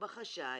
בחשאי